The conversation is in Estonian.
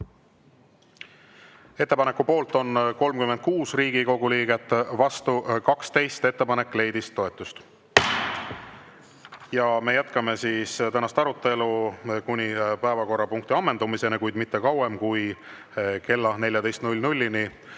Ettepaneku poolt on 36 Riigikogu liiget, vastu 12. Ettepanek leidis toetust.Me jätkame tänast arutelu kuni päevakorrapunkti ammendumiseni, kuid mitte kauem kui kella